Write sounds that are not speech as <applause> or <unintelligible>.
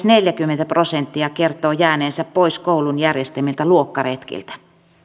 <unintelligible> neljäkymmentä prosenttia kertoo jääneensä pois koulun järjestämiltä luokkaretkiltä